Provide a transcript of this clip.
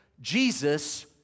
Jesus